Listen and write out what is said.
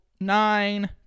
nine